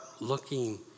looking